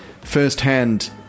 firsthand